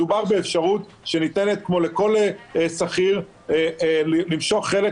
מדובר באפשרות שניתנת כמו לכל שכיר למשוך חלק